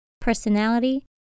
personality